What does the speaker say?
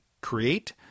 create